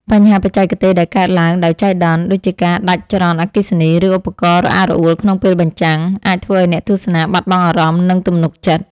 បញ្ហាបច្ចេកទេសដែលកើតឡើងដោយចៃដន្យ ដូចជាការដាច់ចរន្តអគ្គិសនី ឬឧបករណ៍រអាក់រអួលក្នុងពេលបញ្ចាំង អាចធ្វើឱ្យអ្នកទស្សនាបាត់បង់អារម្មណ៍ និងទំនុកចិត្ត។